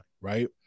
right